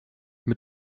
mit